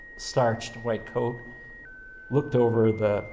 starched, white coat looked over the